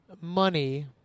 money